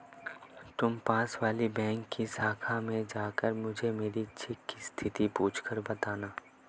तुम पास वाली बैंक की शाखा में जाकर मुझे मेरी चेक की स्थिति पूछकर बताना